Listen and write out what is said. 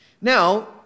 Now